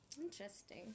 Interesting